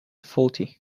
faulty